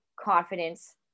confidence